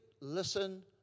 listen